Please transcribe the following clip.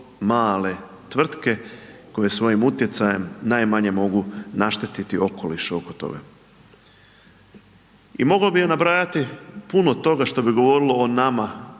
male tvrtke koje svojim utjecajem najmanje mogu naštetiti okolišu oko toga. I mogao bi ja nabrajati puno toga što bi govorilo o nama